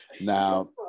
Now